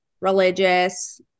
religious